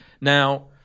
Now